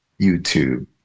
YouTube